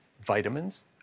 vitamins